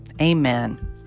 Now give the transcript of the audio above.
amen